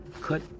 cut